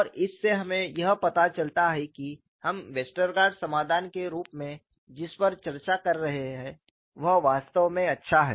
और इस से हमे यह पता चलता है की हम वेस्टरगार्ड समाधान के रूप में जिस पर चर्चा कर रहे हैं वह वास्तव में अच्छा है